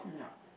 yeah